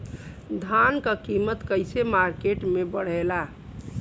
धान क कीमत कईसे मार्केट में बड़ेला?